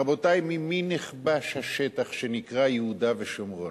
רבותי, ממי נכבש השטח שנקרא יהודה ושומרון?